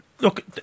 look